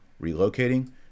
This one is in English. relocating